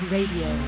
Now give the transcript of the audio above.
Radio